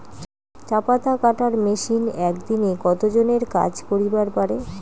চা পাতা কাটার মেশিন এক দিনে কতজন এর কাজ করিবার পারে?